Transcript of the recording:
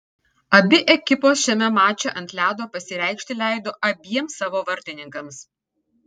abi ekipos šiame mače ant ledo pasireikšti leido abiem savo vartininkams